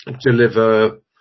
deliver